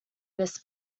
this